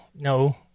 No